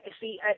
see